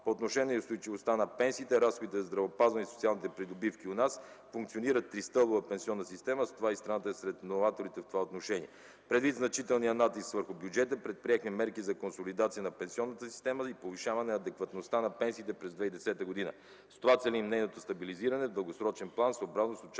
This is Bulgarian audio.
По отношение устойчивостта на пенсиите, разходите за здравеопазване и социалните придобивки у нас функционира 3 стълбова пенсионна система. С това и страната е сред новаторите в това отношение. Предвид значителния натиск върху бюджета предприехме мерки за консолидация на пенсионната система и повишаване адекватността на пенсиите през 2010 г. С това целим нейното стабилизиране в дългосрочен план, съобразно с очакванията